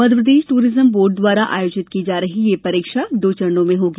Madhya Pradesh tourism board द्वारा आयोजित की जा रही यह परीक्षा दो चरणों में होगी